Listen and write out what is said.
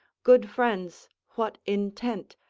good friends, what intent,